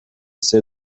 ser